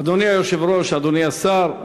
אדוני היושב-ראש, אדוני השר,